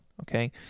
okay